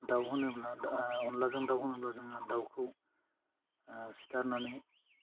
दाउ होनोब्ला दाह आह अनलाजों दाउ होनोब्ला जोङो दाउखौ ओह सिथारनानै